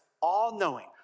all-knowing